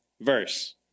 verse